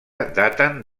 daten